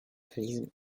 kapitalizm